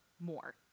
more